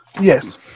Yes